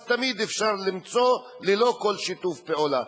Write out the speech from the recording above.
אז תמיד אפשר למצוא ללא כל שיתוף פעולה,